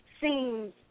seems